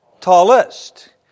tallest